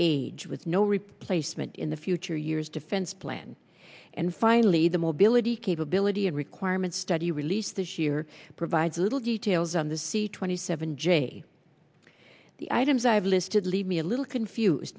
age with no replacement in the future years defense plan and finally the mobility capability and requirement study released here provides little details on the c twenty seven j the items i've listed leave me a little confused